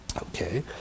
Okay